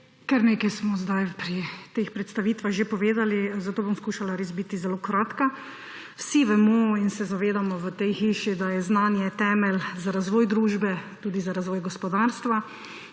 Kar nekaj smo pri teh predstavitvah že povedali, zato bom skušala res biti zelo kratka. Vsi vemo in se zavedamo v tej hiši, da je znanje temelj za razvoj družbe, tudi za razvoj gospodarstva